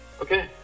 Okay